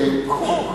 בן-ארי.